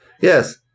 Yes